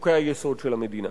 לחוקי-היסוד של המדינה.